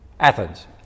athens